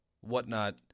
whatnot